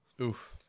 Oof